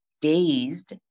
dazed